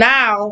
Now